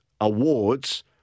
Awards